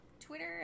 Twitter